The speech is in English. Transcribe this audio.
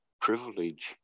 privilege